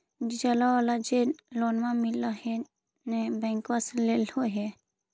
डिजलवा वाला जे लोनवा मिल है नै बैंकवा से लेलहो हे?